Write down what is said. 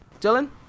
Dylan